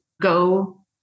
go